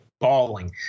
bawling